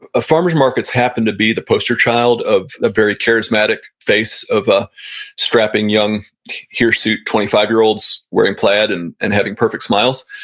ah farmer's markets happen to be the poster child of a very charismatic face of a strapping young suit, twenty five year olds wearing plaid and and having perfect smiles.